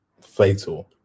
fatal